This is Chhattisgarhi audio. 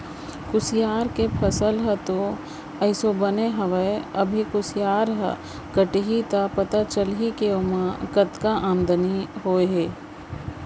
कुसियार के फसल ह तो एसो बने हवय अभी कुसियार ह कटही त पता चलही के ओमा कतका आमदनी होय हे